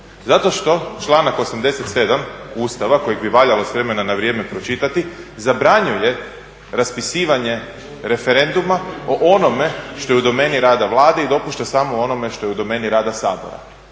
zato što članak 87. Ustava koje bi valjalo s vremena na vrijeme pročitati zabranjuje raspisivanje referenduma o onome što je u domeni rada Vlade i dopušta samo o onome što je u domeni rada Sabora.